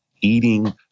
eating